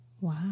Wow